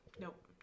Nope